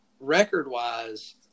Record-wise